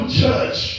church